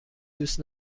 دوست